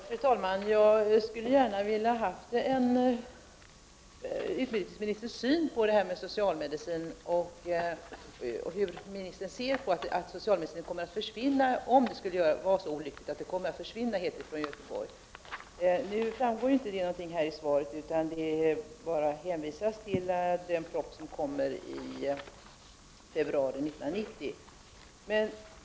Fru talman! Jag skulle gärna ha velat höra hur utbildningsministern ser på att socialmedicin helt kommer att försvinna från Göteborg, om det skulle bli så olyckligt. Det framgår inte av svaret; det bara hänvisas till den proposition som kommer i februari 1990.